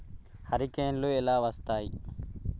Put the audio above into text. హరికేన్లు ఎలా వస్తాయి?